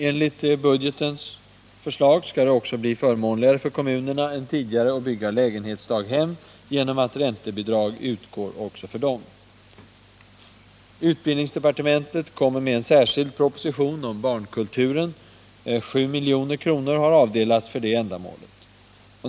Enligt budgetens förslag skall det också bli förmånligare än tidigare för kommunerna att bygga lägenhetsdaghem, genom att räntebidrag kan utgå även för dessa. Utbildningsdepartementet kommer med en särskild proposition om barnkulturen. 7 milj.kr. har avdelats för det ändamålet.